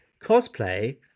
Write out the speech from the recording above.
cosplay